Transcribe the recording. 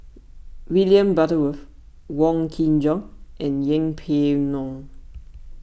William Butterworth Wong Kin Jong and Yeng Pway Ngon